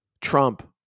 Trump